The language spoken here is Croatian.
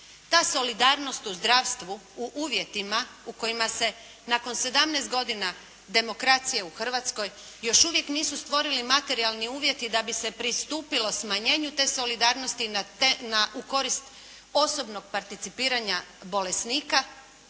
Ta solidarnost u zdravstvu u uvjetima u kojima se nakon sedamnaest godina demokracije u Hrvatskoj još uvijek nisu stvorili materijalni uvjeti da bi se pristupilo smanjenju te solidarnosti u korist osobnog participiranja bolesnika.